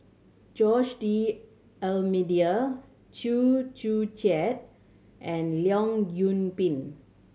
Jose D'Almeida Chew Joo Chiat and Leong Yoon Pin